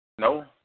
no